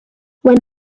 when